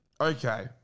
Okay